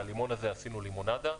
מהלימון הזה עשינו לימונדה.